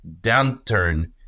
downturn